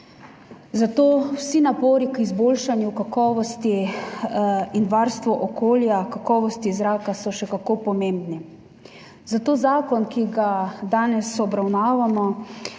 so vsi napori za izboljšanje kakovosti in varstva okolja, kakovosti zraka še kako pomembni. Zato zakon, ki ga danes obravnavamo,